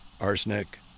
arsenic